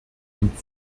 und